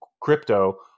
crypto